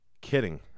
Kidding